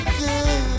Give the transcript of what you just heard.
good